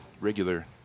regular